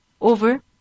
over